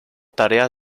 tarea